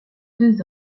deux